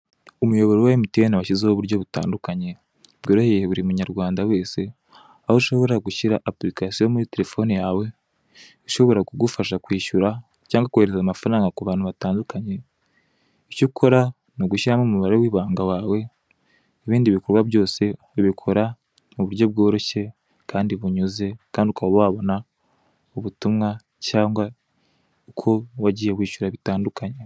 Umuyoboro wa MTN washyizeho uburyo butandukanye bworoheye buri munyarwanda wese aho ushobora gushyira apurikasiyo muri telefone yawe ishobora kugufasha kwishyura cyangwa kohereza amafaranga ku bantu batandukanye, icyo ukora n'ugushyiramo umubare w'ibanga wawe ibindi bikorwa byose ubikora mu buryo bworoshye kandi bunyuze, kandi ukaba wabona ubutumwa cyangwa uko wagiye wishyura bitandukanye.